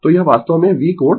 तो यह वास्तव में V कोण ϕ है